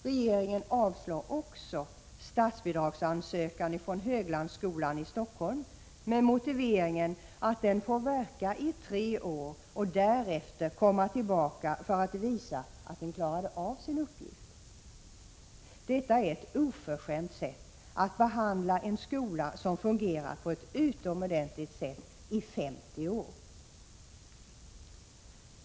Regeringen avslår också statsbidragsansökan från Höglandsskolan i Stockholm med motiveringen att den får verka under tre år och därefter komma tillbaka för att visa att den klarade av sin uppgift. Detta är ett oförskämt sätt att behandla en skola som fungerat utomordentligt i 50 år.